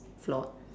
flawed